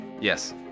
Yes